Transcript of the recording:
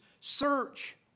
search